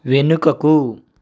వెనుకకు